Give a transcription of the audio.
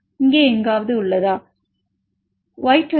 9 இங்கே எங்காவது Y26L 0